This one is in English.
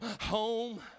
home